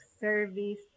service